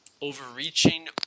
overreaching